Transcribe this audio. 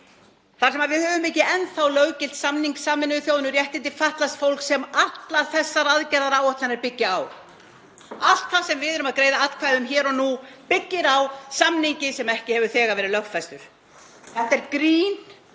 þar sem við höfum ekki enn þá löggilt samning Sameinuðu þjóðanna um réttindi fatlaðs fólks sem allar þessar aðgerðaáætlanir byggja á. Allt það sem við erum að greiða atkvæði um hér og nú byggir á samningi sem ekki hefur verið lögfestur. Þetta er grín,